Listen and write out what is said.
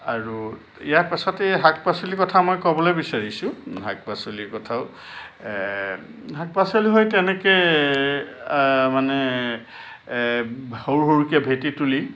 আৰু ইয়াৰ পাছতেই শাক পাচলিৰ কথা মই ক'বলৈ বিচাৰিছোঁ শাক পাচলিৰ কথাও শাক পাচলি সেই তেনেকৈ মানে সৰু সৰুকৈ ভেঁটি তুলি